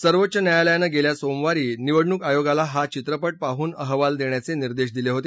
सर्वोच्च न्यायालयानं गेल्या सोमवारी निवडणुक आयोगाला हा चित्रपट पाहून अहवाल देण्याचे निर्देश दिले होते